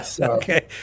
Okay